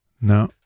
No